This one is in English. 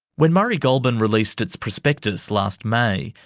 when murray goulburn released its prospectus last may,